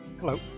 Hello